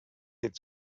its